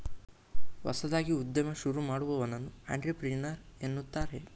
ಹೊಸದಾಗಿ ಉದ್ಯಮ ಶುರು ಮಾಡುವವನನ್ನು ಅಂಟ್ರಪ್ರಿನರ್ ಎನ್ನುತ್ತಾರೆ